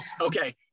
Okay